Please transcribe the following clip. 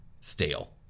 stale